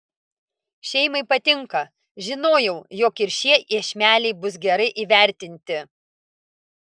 šeimai patinka žinojau jog ir šie iešmeliai bus gerai įvertinti